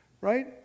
right